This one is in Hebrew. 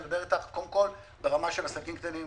אני מדבר אתך קודם ברמה של עסקים קטנים,